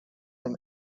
him